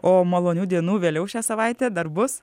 o malonių dienų vėliau šią savaitę dar bus